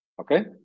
Okay